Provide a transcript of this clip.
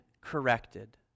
corrected